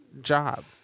job